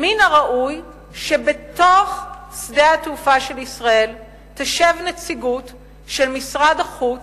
מן הראוי שבתוך שדה התעופה של ישראל תשב נציגות של משרד החוץ,